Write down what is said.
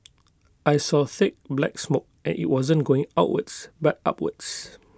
I saw thick black smoke and IT wasn't going outwards but upwards